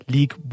League